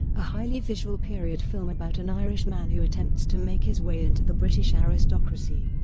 a highly visual period film about an irish man who attempts to make his way into the british aristocracy.